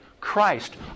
Christ